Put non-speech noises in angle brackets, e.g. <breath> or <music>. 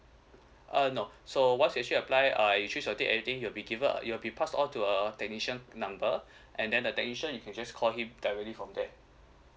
uh no so what's actually apply uh you choose a date anything you will be given you'll be pass all to a technician number <breath> and then the technician you can just call him directly from that